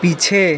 पीछे